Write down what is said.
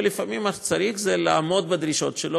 ולפעמים מה שצריך זה לעמוד בדרישות שלו